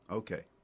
okay